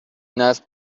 نصب